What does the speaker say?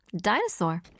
Dinosaur